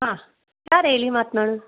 ಹಾಂ ಯಾರು ಹೇಳಿ ಮಾತ್ನಾಡೋದು